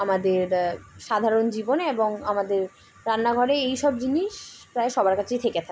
আমাদের সাধারণ জীবনে এবং আমাদের রান্নাঘরে এইসব জিনিস প্রায় সবার কাছেই থেকে থাকে